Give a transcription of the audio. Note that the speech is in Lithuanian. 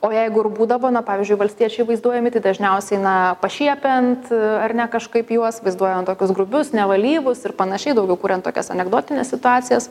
o jeigu ir būdavo na pavyzdžiui valstiečiai vaizduojami tai dažniausiai na pašiepiant ar ne kažkaip juos vaizduojant tokius grubius nevalyvus ir panašiai daugiau kuriant tokias anekdotines situacijas